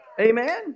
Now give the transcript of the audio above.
Amen